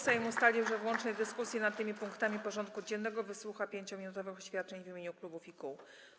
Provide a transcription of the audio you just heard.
Sejm ustalił, że w łącznej dyskusji nad tymi punktami porządku dziennego wysłucha 5-minutowych oświadczeń w imieniu klubów i kół.